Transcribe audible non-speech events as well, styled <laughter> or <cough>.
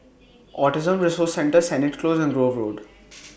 Autism Resource Centre Sennett Close and Grove Road <noise>